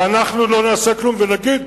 ואנחנו לא נעשה כלום ונגיד,